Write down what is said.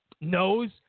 knows